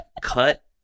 cut